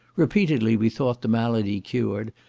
repeatedly we thought the malady cured,